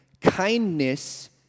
kindness